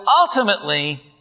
ultimately